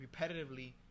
repetitively